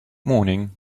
morning